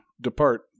depart